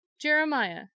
Jeremiah